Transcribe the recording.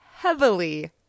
heavily